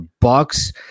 Bucks